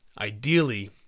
Ideally